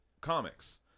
comics